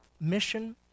mission